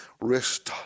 risk